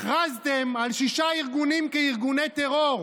הכרזתם על שישה ארגונים כארגוני טרור,